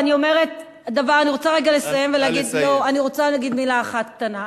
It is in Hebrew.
אני רוצה לסיים ולהגיד מלה אחת קטנה.